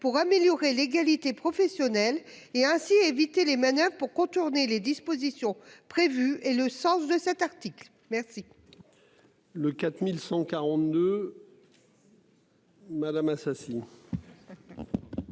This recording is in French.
pour améliorer l'égalité professionnelle et ainsi éviter les manoeuvres pour contourner les dispositions prévues et le sens de cet article, merci.